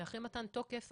אחרי מתן תוקף,